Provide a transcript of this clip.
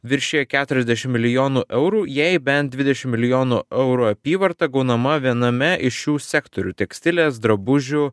viršyja keturiasdešimt milijonų eurų jei bent dvidešimt milijonų eurų apyvarta gaunama viename iš šių sektorių tekstilės drabužių